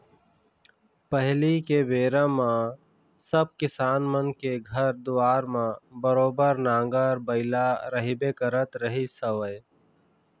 पहिली के बेरा म सब किसान मन के घर दुवार म बरोबर नांगर बइला रहिबे करत रहिस हवय